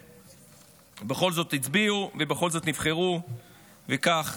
שבכל זאת הצביעו ובכל זאת נבחרו וכך